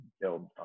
build